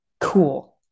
cool